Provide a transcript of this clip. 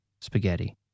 spaghetti